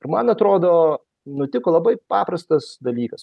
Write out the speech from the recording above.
ir man atrodo nutiko labai paprastas dalykas